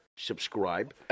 Subscribe